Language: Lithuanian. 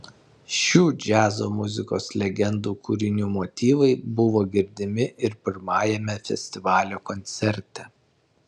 šių džiazo muzikos legendų kūrinių motyvai buvo girdimi ir pirmajame festivalio koncerte